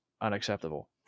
unacceptable